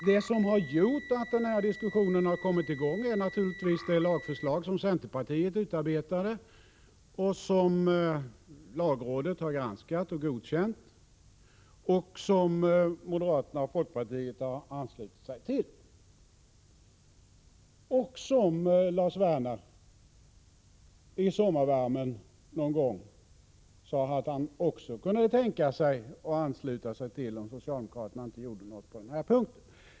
Det som har gjort att den här diskussionen kommit i gång är naturligtvis det lagförslag som centerpartiet har utarbetat, som lagrådet har granskat och godkänt, som moderaterna och folkpartiet har anslutit sig till och som Lars Werner någon gång i sommarvärmen också sade att han kunde tänka sig att ansluta sig till, om socialdemokraterna inte gjorde någonting på den här punkten.